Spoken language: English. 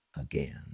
again